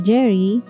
Jerry